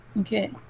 Okay